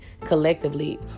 collectively